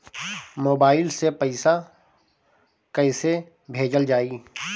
Mobile से पैसा कैसे भेजल जाइ?